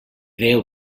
veu